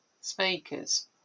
speakers